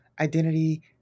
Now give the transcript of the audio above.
identity